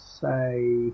say